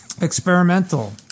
Experimental